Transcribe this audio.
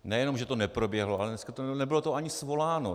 Nejenom že to neproběhlo, ale nebylo to ani svoláno.